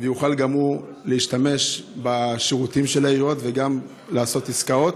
ויוכל גם הוא להשתמש בשירותים של העיריות וגם לעשות עסקאות.